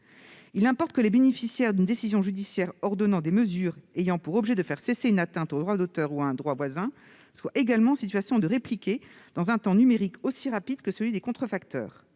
Il importe que les bénéficiaires d'une décision judiciaire ordonnant des mesures ayant pour objet de faire cesser une atteinte au droit d'auteur ou à un droit voisin soient également en situation de répliquer dans un temps numérique aussi rapide que celui des contrefacteurs.